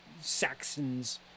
Saxons